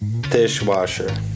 Dishwasher